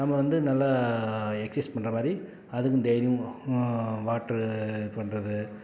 நம்ம வந்து நல்லா எக்ஸைஸ் பண்ணுறா மாதிரி அதுக்கும் டெய்லியும் வாட்ரு பண்ணுறது